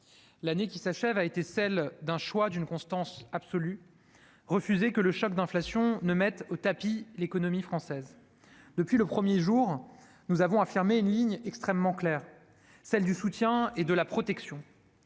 l'année qui s'achève a été celle d'un choix d'une constance absolue : refuser que le choc d'inflation ne mette au tapis l'économie française. Depuis le premier jour, nous avons affirmé une ligne extrêmement claire, celle du soutien et de la protection.